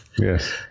Yes